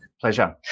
Pleasure